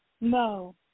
No